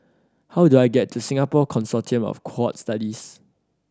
how do I get to Singapore Consortium of Cohort Studies